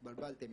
התבלבלתם,